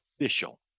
official